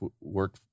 work